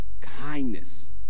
kindness